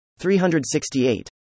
368